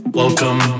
welcome